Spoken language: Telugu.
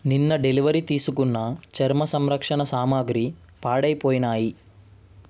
నిన్న డెలివరీ తీసుకున్న చర్మ సంరక్షణ సామాగ్రి పాడైపోయినాయి